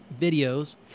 Videos